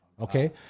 okay